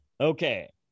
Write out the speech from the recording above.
Okay